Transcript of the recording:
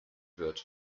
wird